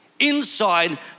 inside